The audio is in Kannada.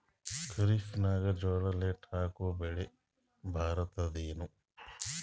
ಖರೀಫ್ ನಾಗ ಜೋಳ ಲೇಟ್ ಹಾಕಿವ ಬೆಳೆ ಬರತದ ಏನು?